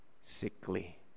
sickly